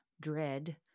dread